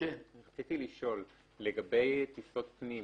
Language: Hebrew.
רציתי לשאול לגבי טיסות פנים.